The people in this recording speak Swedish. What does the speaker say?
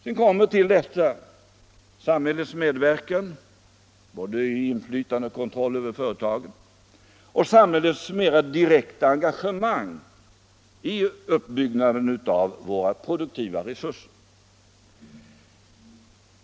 Sedan kommer vi till samhällets medverkan både i form av inflytande och kontroll över företagen och samhällets mer direkta engagemang i uppbyggnaden av våra produktiva resurser.